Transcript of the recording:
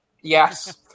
Yes